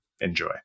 Enjoy